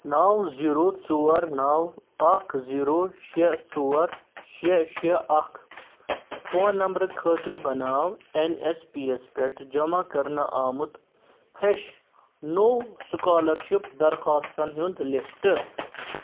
نو زِیٖرو ژور نو اکھ زِیٖرو شےٚ ژور شےٚ شےٚ اکھ فون نمبرٕ خٲطرٕ بناو این ایس پی یَس پٮ۪ٹھ جمع کرنہٕ آمُت فریٚش نوٚو سُکالرشِپ درخواستن ہُنٛد لسٹہٕ